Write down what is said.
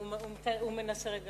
הוא מנסה.